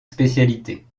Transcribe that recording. spécialité